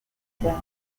friend